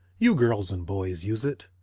you girls and boys use it,